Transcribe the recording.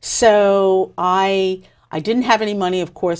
so i i didn't have any money of course